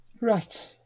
Right